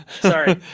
Sorry